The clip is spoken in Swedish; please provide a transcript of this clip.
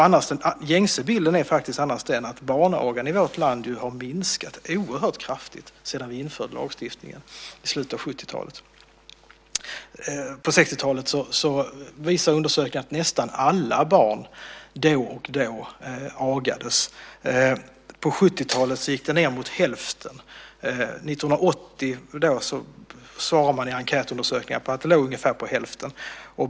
Den gängse bilden är annars att barnagan i vårt land har minskat oerhört kraftigt sedan vi införde lagstiftningen i slutet av 70-talet. På 60-talet visade undersökningar att nästan alla barn då och då agades. På 70-talet gick det ned mot hälften. År 1980 såg man i enkätundersökningar att det låg ungefär på hälften.